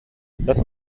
lass